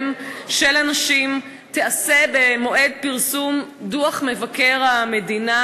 של הנשים תיעשה במועד פרסום דוח מבקר המדינה,